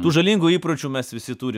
tų žalingų įpročių mes visi turim